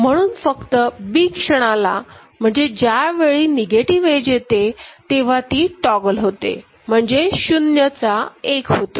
म्हणून फक्त b क्षणाला म्हणजे ज्यावेळी निगेटिव एज येते तेव्हा ती टॉगल होते म्हणजे 0 चा 1 होतो